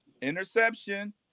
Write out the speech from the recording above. Interception